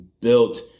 built